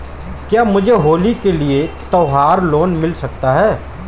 क्या मुझे होली के लिए त्यौहार लोंन मिल सकता है?